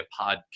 podcast